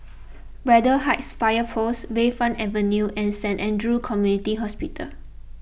Braddell Heights Fire Post Bayfront Avenue and Saint andrew's Community Hospital